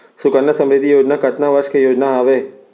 सुकन्या समृद्धि योजना कतना वर्ष के योजना हावे?